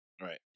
Right